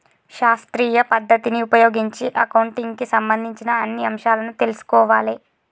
శాస్త్రీయ పద్ధతిని ఉపయోగించి అకౌంటింగ్ కి సంబంధించిన అన్ని అంశాలను తెల్సుకోవాలే